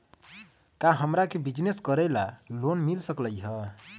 का हमरा के बिजनेस करेला लोन मिल सकलई ह?